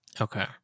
okay